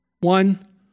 One